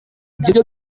byo